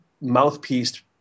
mouthpiece